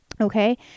Okay